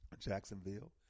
Jacksonville